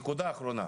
נקודה אחרונה,